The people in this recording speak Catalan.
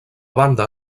banda